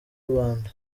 rubanda